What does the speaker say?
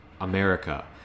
America